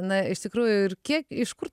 na iš tikrųjų ir kiek iš kur